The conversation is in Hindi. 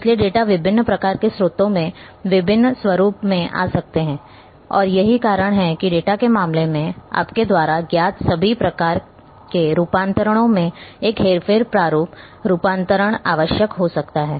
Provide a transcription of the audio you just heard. इसलिए डेटा विभिन्न प्रकार के स्रोतों से विभिन्न स्वरूपों में आ सकता है और यही कारण है कि डेटा के मामले में आपके द्वारा ज्ञात सभी प्रकार के रूपांतरणों में एक हेरफेर प्रारूप रूपांतरण आवश्यक हो सकता है